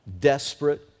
desperate